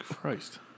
Christ